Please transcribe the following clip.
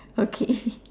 okay